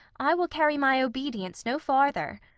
i will carry my obedience no farther.